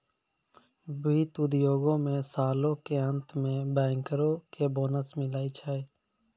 वित्त उद्योगो मे सालो के अंत मे बैंकरो के बोनस मिलै छै